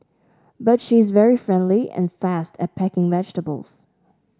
but she is very friendly and fast at packing vegetables